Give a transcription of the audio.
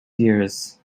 years